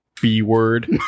B-word